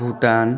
Bhutan